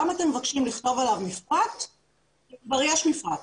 למה אתם מבקשים לכתוב עליו מפרט כשכבר יש מפרט?